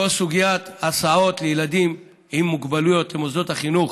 כל סוגיית ההסעות לילדים עם מוגבלויות למוסדות החינוך